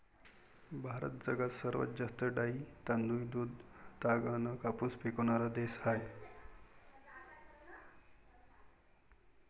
भारत जगात सर्वात जास्त डाळी, तांदूळ, दूध, ताग अन कापूस पिकवनारा देश हाय